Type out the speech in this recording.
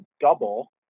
double